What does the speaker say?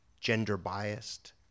gender-biased